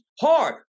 hard